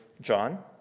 John